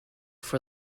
for